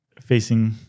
facing